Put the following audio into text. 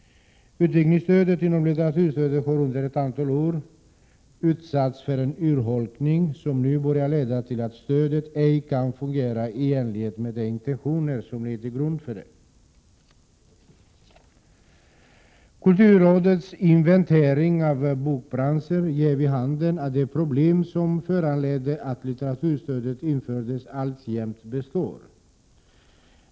Utgivningsstödet har under ett antal år utsatts för en urholkning, som nu börjar leda till att stödet ej kan fungera i enlighet med de intentioner som ligger till grund för det. Kulturrådets inventering av bokbranschen ger vid handen att de problem som föranledde att litteraturstödet infördes alltjämt består.